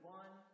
one